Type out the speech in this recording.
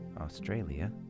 Australia